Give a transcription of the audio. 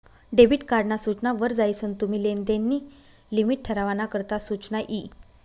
debit card ना सूचना वर जायीसन तुम्ही लेनदेन नी लिमिट ठरावाना करता सुचना यी